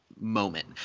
moment